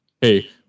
hey